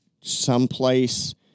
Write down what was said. someplace